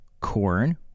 corn